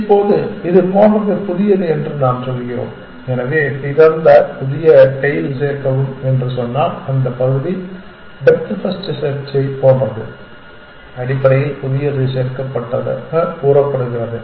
இப்போது இதுபோன்றது புதியது என்று நாம் சொல்கிறோம் எனவே திறந்த புதிய டெயில் சேர்க்கவும் என்று சொன்னால் அந்த பகுதி டெப்த் ஃபர்ஸ்ட் செர்சைப் போன்றது அடிப்படையில் புதியது சேர்க்கப்பட்டதாகக் கூறப்படுகிறது